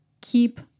Keep